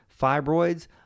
fibroids